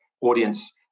audience